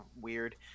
weird